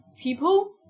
people